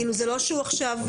זה לא שהוא גנב.